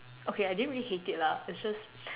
okay I didn't really hate it lah it's just